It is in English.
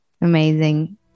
Amazing